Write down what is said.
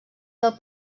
del